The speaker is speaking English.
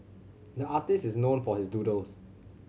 the artist is known for his doodles